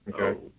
Okay